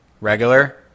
regular